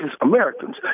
Americans